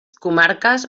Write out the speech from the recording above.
comarques